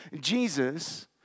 Jesus